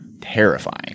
terrifying